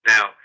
Now